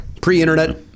pre-internet